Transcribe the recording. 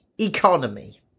Economy